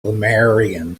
marion